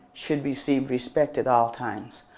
should receive respect at all times.